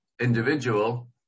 individual